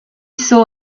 saw